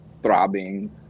throbbing